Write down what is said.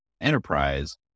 Enterprise